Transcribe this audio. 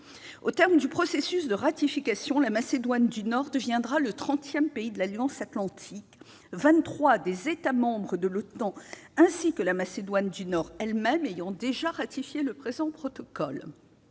Au terme du processus de ratification, la Macédoine du Nord deviendra le trentième pays de l'Alliance atlantique. Au total, vingt-trois des États membres de l'OTAN, ainsi que la Macédoine du Nord elle-même, ont déjà ratifié le présent protocole.